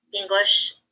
English